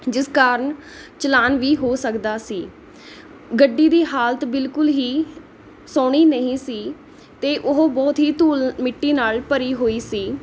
ਜਿਸ ਕਾਰਨ ਚਲਾਨ ਵੀ ਹੋ ਸਕਦਾ ਸੀ ਗੱਡੀ ਦੀ ਹਾਲਤ ਬਿਲਕੁਲ ਹੀ ਸੋਹਣੀ ਨਹੀਂ ਸੀ ਅਤੇ ਉਹ ਬਹੁਤ ਹੀ ਧੂਲ ਮਿੱਟੀ ਨਾਲ਼ ਭਰੀ ਹੋਈ ਸੀ